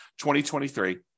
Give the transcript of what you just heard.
2023